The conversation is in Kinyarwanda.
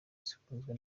zikunzwe